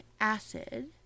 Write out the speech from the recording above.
acid